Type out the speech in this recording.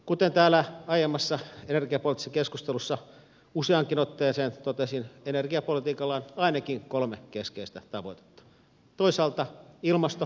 kuten täällä aiemmassa energiapoliittisessa keskustelussa useaankin otteeseen totesin energiapolitiikalla on ainakin kolme keskeistä tavoitetta